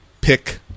pick